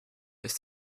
ist